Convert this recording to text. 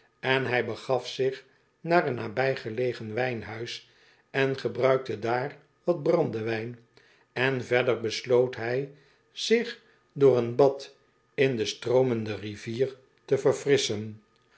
en hij begaf zich naar een nabijgelegen wijnhuis en gebruikte daar wat brandewijn en verder besloot hij zich door een bad in de stroomende rivier te verfrisschen